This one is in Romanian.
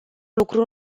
lucru